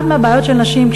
אחת מהבעיות של נשים,